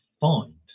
find